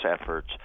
efforts